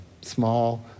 small